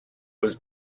was